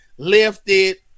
Lifted